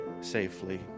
safely